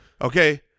okay